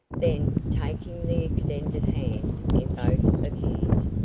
then, taking the extended hand in both of his,